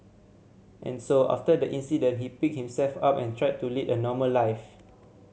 and so after the accident he picked himself up and tried to lead a normal life